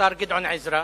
השר גדעון עזרא,